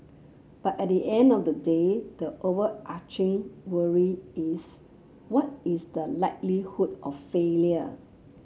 but at the end of the day the overarching worry is what is the likelihood of failure